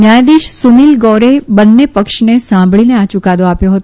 ન્યાયાધીશ સુનીલ ગૌરે બંને પક્ષને સાંભળીને આ યૂકાદો આપ્યો હતો